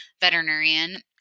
veterinarian